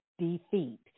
defeat